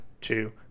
two